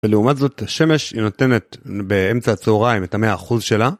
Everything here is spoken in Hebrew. ולעומת זאת השמש היא נותנת באמצע הצהריים את המאה אחוז שלה.